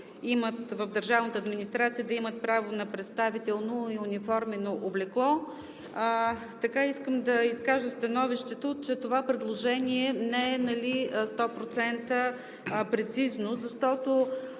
в държавната администрация, да имат право на представително и униформено облекло, искам да изкажа становището, че това предложение не е 100% прецизно, защото